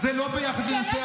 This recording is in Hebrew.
זה לא ביחד ננצח,